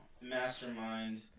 mastermind